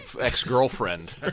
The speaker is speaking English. ex-girlfriend